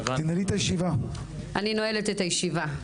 אני נועלת את הישיבה.